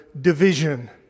division